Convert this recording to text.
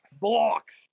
blocks